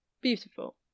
Beautiful